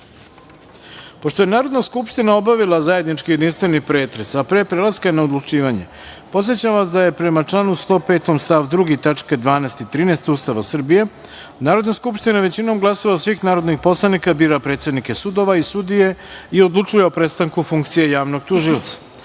je Narodna skupština obavila zajednički jedinstveni pretres, a pre prelaska na odlučivanje, podsećam vas da, prema članu 105. stav 2. tačke 12. i 13. Ustava Srbije, Narodna skupština većinom glasova svih narodnih poslanika bira predsednike sudova i sudije i odlučuje o prestanku funkcije javnog tužioca. Imajući